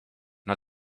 not